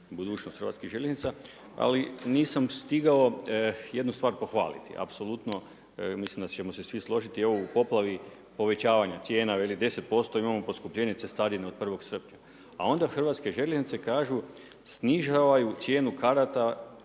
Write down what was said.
budućnost Hrvatskih željeznica, ali nisam stigao jednu stvar pohvaliti. Apsolutno mislim da ćemo se svi složiti i ovo u poplavi povećavanja cijena. Veli 10% imamo poskupljenje cestarine od 1. srpnja, a onda Hrvatske željeznice kažu snižavaju cijenu karata